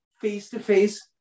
face-to-face